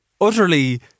utterly